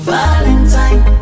Valentine